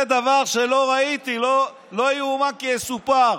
זה דבר שלא ראיתי, לא יאומן כי יסופר.